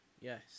Yes